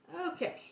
Okay